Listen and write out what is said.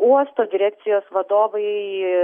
uosto direkcijos vadovai